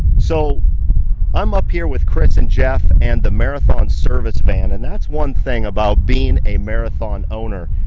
so i'm up here with chris and jeff and the marathon service band, and that's one thing about being a marathon owner,